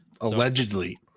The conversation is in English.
Allegedly